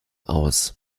aus